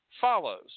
follows